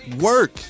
Work